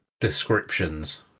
descriptions